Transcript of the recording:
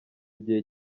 igihe